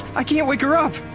i can't wake her up!